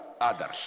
others